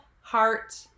heart